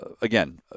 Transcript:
again